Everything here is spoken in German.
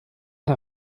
der